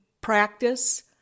practice